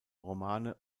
romane